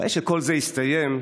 אחרי שכל זה הסתיים,